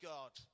God